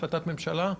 כהחלטת ממשלה?